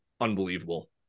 unbelievable